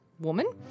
woman